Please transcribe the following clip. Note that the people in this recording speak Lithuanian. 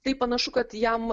tai panašu kad jam